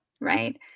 right